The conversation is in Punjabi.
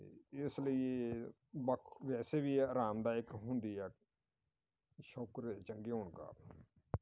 ਅਤੇ ਇਸ ਲਈ ਵੱਖ ਵੈਸੇ ਵੀ ਇਹ ਆਰਾਮਦਾਇਕ ਹੁੰਦੀ ਆ ਛੋਕਰ ਚੰਗੇ ਹੋਣ ਕਾਰਨ